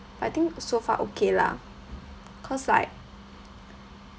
I think so far okay lah cause like